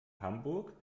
hamburg